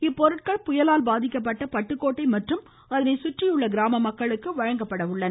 இப்பொருட்கள் புயலால் பாதிக்கப்பட்ட பட்டுக்கோட்டை மற்றும் அதனை சுற்றியுள்ள கிராம மக்களுக்கு வழங்கப்பட உள்ளன